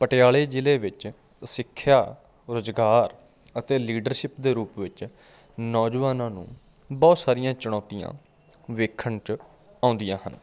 ਪਟਿਆਲੇ ਜ਼ਿਲ੍ਹੇ ਵਿੱਚ ਸਿੱਖਿਆ ਰੁਜ਼ਗਾਰ ਅਤੇ ਲੀਡਰਸ਼ਿਪ ਦੇ ਰੂਪ ਵਿੱਚ ਨੌਜਵਾਨਾਂ ਨੂੰ ਬਹੁਤ ਸਾਰੀਆਂ ਚੁਣੌਤੀਆਂ ਵੇਖਣ 'ਚ ਆਉਂਦੀਆਂ ਹਨ